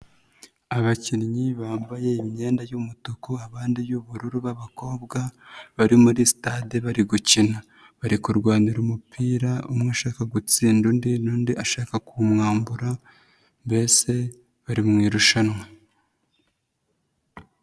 Abakinnyi bambaye imyenda y'umutuku, abandi iy'ubururu b'abakobwa bari muri sitade bari gukina, bari kurwanira umupira umwe ashaka gutsinda undi n'undi ashaka kuwumwambura mbese bari mu irushanwa.